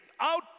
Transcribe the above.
out